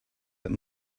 that